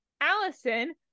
Allison